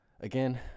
Again